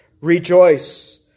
Rejoice